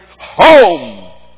home